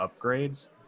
upgrades